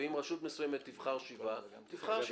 אם רשות מסוימת תבחר שבעה תבחר שבעה.